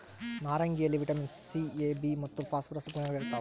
ನಾರಂಗಿಯಲ್ಲಿ vitamin C A B ಮತ್ತು phosphorus ಗುಣಗಳಿರ್ತಾವ